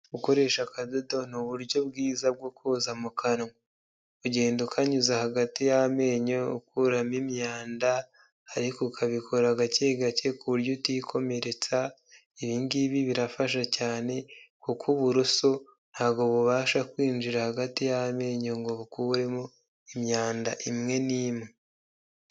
Gukoresha akadodo ni uburyo bwiza bwo kuza mu kanwa ugenda ukanyuza hagati y'amenyo ukuramo imyanda ariko ukabikora gake gake kuburyo utikomeretsa ibingibi birafasha cyane kuko uburuso ntabwo bubasha kwinjira hagati y'amenyo ngo bukuremo imyanda imwe n'imwe.